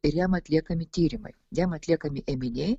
ir jam atliekami tyrimai jam atliekami ėminiai